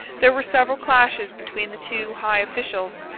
there were several clashes between the two high officials.